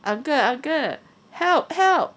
uncle uncle help help